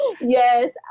Yes